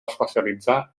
especialitzar